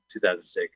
2006